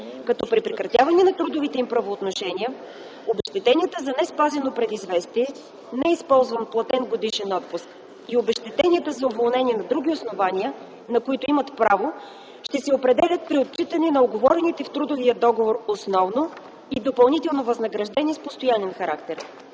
като при прекратяване на трудовите им правоотношения обезщетенията за неспазено предизвестие, неизползван платен годишен отпуск и обезщетенията за уволнение на други основания, на които имат право, ще се определят при отчитане на уговорените в трудовия договор основно и допълнително възнаграждения с постоянен характер.